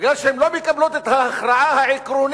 מפני שהן לא מקבלות את ההכרעה העקרונית